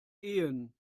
ehen